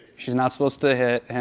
she's not supposed to hit him.